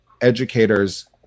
educators